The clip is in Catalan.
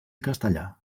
castellà